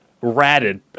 ratted